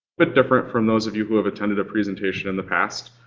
bit different from those of you who have attending a presentation in the past.